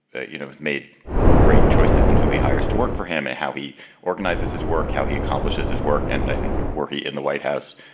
you know, made great choices in who he hires to work for him and how he organizes his work, how he accomplishes his work. and think where he in the white house,